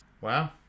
Wow